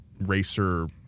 racer